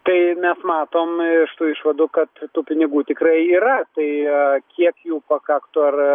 tai mes matom iš tų išvadų kad tų pinigų tikrai yra tai kiek jų pakaktų ar